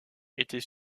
était